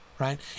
right